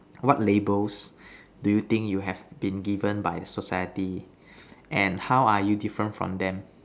what labels do you think you have been given by the society and how are you different from them